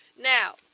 now